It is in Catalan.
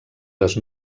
les